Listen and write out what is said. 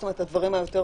זאת אומרת הדברים היותר